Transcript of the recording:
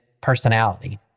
personality